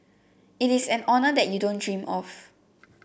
it's an honour that you don't dream of